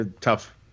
tough